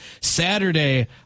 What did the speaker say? Saturday